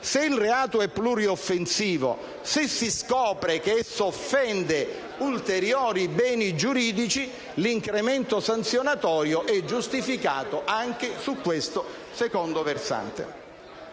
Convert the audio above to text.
se il reato è plurioffensivo, se si scopre che esso offende ulteriori beni giuridici, l'incremento sanzionatorio è giustificato anche su questo secondo versante.